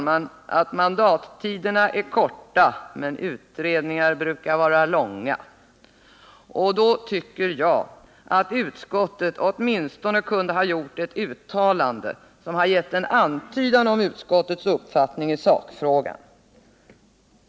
Men mandattiderna är korta, herr talman, och utredningar brukar vara långa, och då tycker jag att utskottet åtminstone kunde ha gjort ett uttalande som givit en antydan om utskottets uppfattning i Nr 6 sakfrågan.